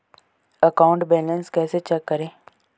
Account balance कैसे check करें?